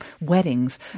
weddings